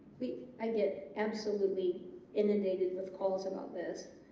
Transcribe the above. i get absolutely inundated with calls about this